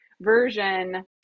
version